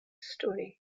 story